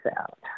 out